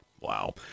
wow